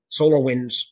SolarWinds